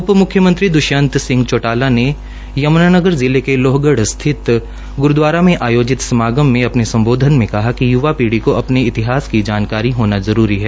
उपम्ख्यमंत्री द्वयष्त चौटाला ने यमुनानगर जिले के लोहगढ़ स्थित ग्रूदवारा में आयोहित समागम में अपने सम्बोधन में कहा कि युवा पीढ़ी को अपने इतिहास की जानकारी होना जरूरी है